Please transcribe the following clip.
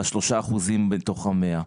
לשלושה אחוזים מתוך ה-100.